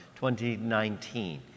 2019